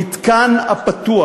המתקן הפתוח,